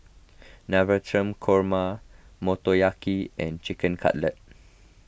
Navratan Korma Motoyaki and Chicken Cutlet